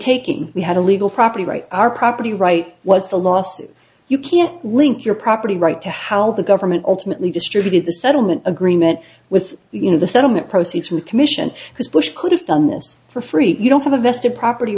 taking we had a legal property right our property right was the law says you can't link your property right to how the government ultimately distributed the settlement agreement with you know the settlement proceeds from the commission because bush could have done this for free you don't have a vested property